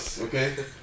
Okay